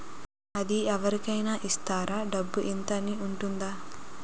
అది అవరి కేనా ఇస్తారా? డబ్బు ఇంత అని ఉంటుందా?